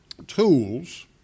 Tools